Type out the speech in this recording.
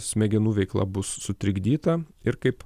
smegenų veikla bus sutrikdyta ir kaip